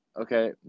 Okay